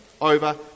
over